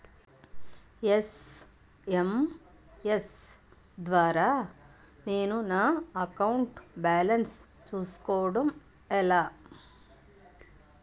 SMS ద్వారా నేను నా అకౌంట్ బాలన్స్ చూసుకోవడం ఎలా?